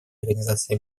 организации